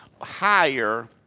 higher